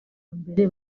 mbere